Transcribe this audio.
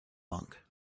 monk